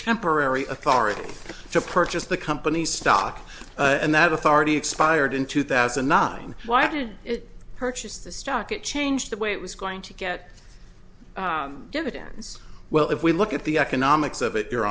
temporary authority to purchase the company's stock and that authority expired in two thousand and nine why did it purchase the stock it changed the way it was going to get evidence well if we look at the economics of it your